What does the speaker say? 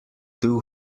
too